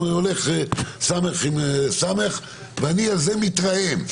על זה אני מתרעם.